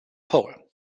pole